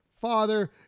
father